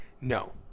No